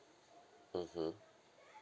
mmhmm